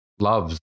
loves